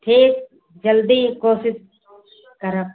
ठीक जल्दी कोशिश करब